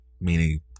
meaning